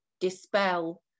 dispel